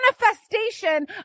manifestation